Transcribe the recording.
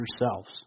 yourselves